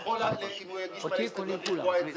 יכול לתקוע את זה,